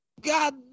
God